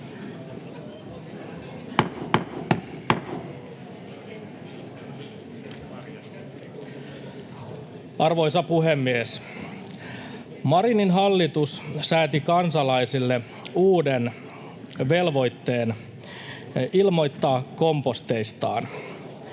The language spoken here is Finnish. Arvoisa puhemies! Marinin hallitus sääti kansalaisille uuden velvoitteen ilmoittaa komposteistaan.